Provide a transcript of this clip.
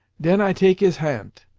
den i take his hant,